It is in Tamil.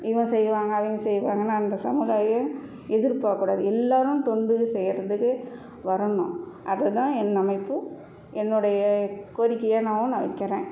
இவங்க செய்வாங்க அவங்க செய்வாங்கன்னு அந்த சமுதாயம் எதிர்பார்க்க கூடாது எல்லோரும் தொண்டு செய்கிறதுக்கு வரணும் அதுதான் என் அமைப்பு என்னுடைய கோரிக்கையாகவும் நான் வைக்கிறேன்